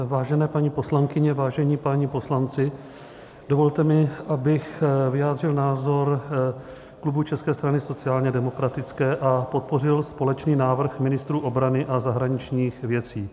Vážené paní poslankyně, vážení páni poslanci, dovolte mi, abych vyjádřil názor klubu České strany sociálně demokratické a podpořil společný návrh ministrů obrany a zahraničních věcí.